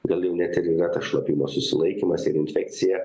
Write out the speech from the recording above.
gal jau net ir yra tas šlapimo susilaikymas ir infekcija